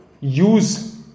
use